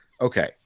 Okay